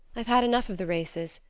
i've had enough of the races.